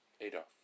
Adolf